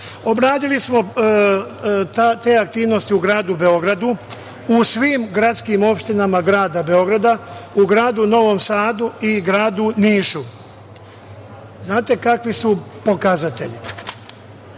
Obradili smo te aktivnosti u gradu Beogradu, u svim gradskim opštinama grada Beograda, u gradu Novom Sadu i gradu Nišu. Znate kakvi su pokazatelji,